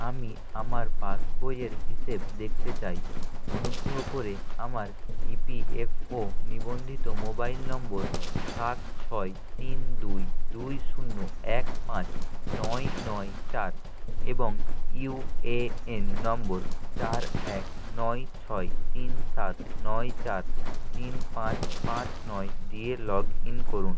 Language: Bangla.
আমি আমার পাসবইয়ের হিসেব দেখতে চাই অনুগ্রহ করে আমার ইপিএফও নিবন্ধিত মোবাইল নম্বর সাত ছয় তিন দুই দুই শূন্য এক পাঁচ নয় নয় চার এবং ইউএএন নম্বর চার এক নয় ছয় তিন সাত নয় চার তিন পাঁচ পাঁচ নয় লগইন করুন